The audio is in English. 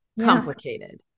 complicated